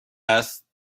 هست